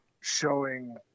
showing